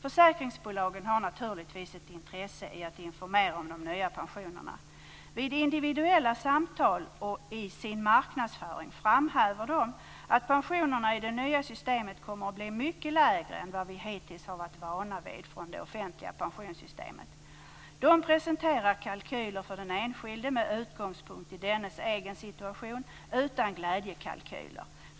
Försäkringsbolagen har naturligtvis ett intresse av att informera om de nya pensionerna. Vid individuella samtal och i sin marknadsföring framhäver de att pensionerna i det nya systemet kommer att bli mycket lägre än vad vi hittills har varit vana vid från det offentliga pensionssystemet. De presenterar kalkyler för den enskilde med utgångspunkt i dennes egen situation utan glädjekalkyler.